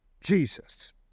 Jesus